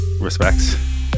respects